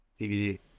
DVD